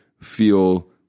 feel